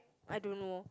I don't know